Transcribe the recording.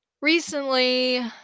recently